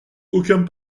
aucun